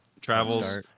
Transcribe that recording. travels